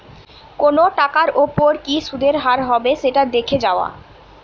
কোনো টাকার ওপর কি সুধের হার হবে সেটা দেখে যাওয়া